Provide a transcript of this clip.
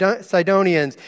Sidonians